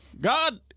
God